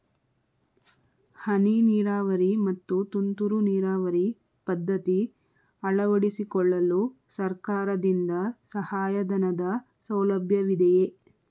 ಹನಿ ನೀರಾವರಿ ಮತ್ತು ತುಂತುರು ನೀರಾವರಿ ಪದ್ಧತಿ ಅಳವಡಿಸಿಕೊಳ್ಳಲು ಸರ್ಕಾರದಿಂದ ಸಹಾಯಧನದ ಸೌಲಭ್ಯವಿದೆಯೇ?